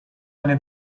eine